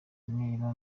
niba